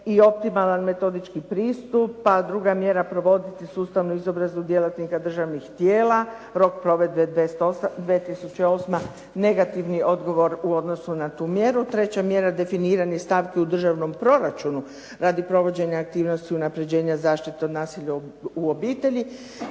i optimalan metodički pristup. Pa druga mjera provoditi sustavnu izobrazbu djelatnika državnih tijela, rok provedbe 2008., negativni odgovor u odnosu na tu mjeru. Treća mjera, definiranje stavki u Državnom proračunu radi provođenja aktivnosti unapređenja zaštite od nasilja u obitelji,